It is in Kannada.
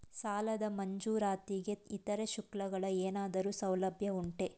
ಸಾಲದ ಮಂಜೂರಾತಿಗೆ ಇತರೆ ಶುಲ್ಕಗಳ ಏನಾದರೂ ಸೌಲಭ್ಯ ಉಂಟೆ?